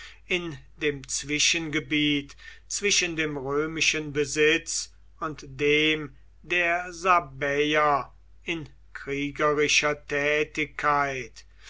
in dem zwischengebiet zwischen dem römischen besitz und dem der sabäer in kriegerischer tätigkeit